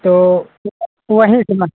तो वहीं से मा